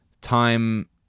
time